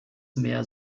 mehr